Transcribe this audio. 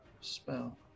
spell